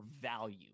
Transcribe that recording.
value